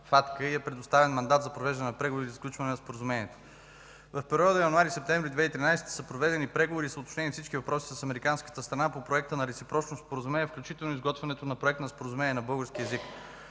и е предоставен мандат за провеждане на преговори за сключване на Споразумението. В периода януари-септември 2013 г. са проведени преговори и са уточнени всички въпроси с американската страна по Проекта на реципрочното споразумение, включително изготвянето на Проект на споразумение на български език.